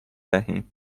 دهیم